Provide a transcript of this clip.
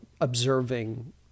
observing